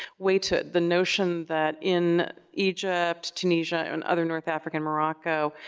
waithood, the notion that in egypt, tunisia and other north african, morocco,